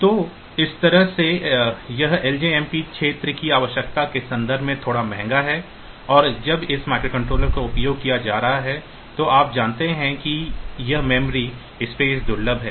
तो इस तरह से यह लजमप क्षेत्र की आवश्यकता के संदर्भ में थोड़ा महंगा है और जब इस माइक्रोकंट्रोलर का उपयोग किया जा रहा है तो आप जानते हैं कि यह मेमोरी स्पेस दुर्लभ है